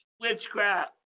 witchcraft